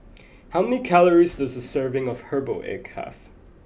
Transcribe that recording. how many calories does a serving of Herbal Egg have